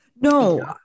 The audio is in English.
No